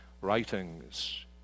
writings